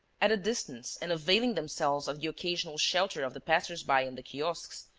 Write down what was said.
at a distance and availing themselves of the occasional shelter of the passers-by and the kiosks,